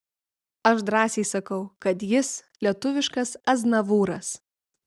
aš drąsiai sakau kad jis lietuviškas aznavūras